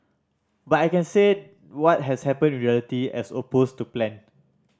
but I can say what has happened in reality as opposed to plan